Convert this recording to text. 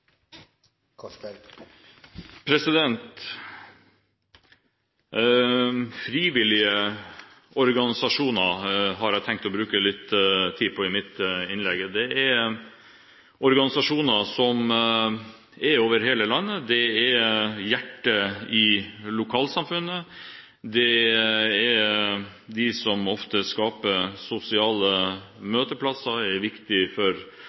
har tenkt å bruke litt tid på frivillige organisasjoner i mitt innlegg. Det er organisasjoner som finnes over hele landet. De er hjertet i lokalsamfunnet. Det er de som ofte skaper sosiale møteplasser, som er viktig for